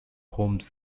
holmes